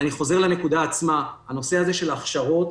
אני חוזר לנקודה עצמה, הנושא הזה של הכשרות